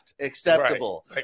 acceptable